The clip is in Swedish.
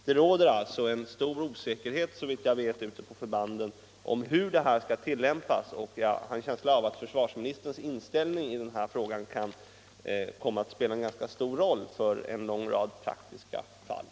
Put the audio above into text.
Det råder såvitt jag vet stor osäkerhet ute på förbanden om hur bestämmelserna skall tillämpas. Jag har en känsla av att försvarsministerns inställning i den här frågan kan komma att spela en ganska stor roll för en lång rad praktiska fall.